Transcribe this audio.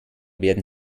werden